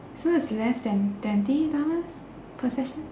so it's less than twenty dollars per session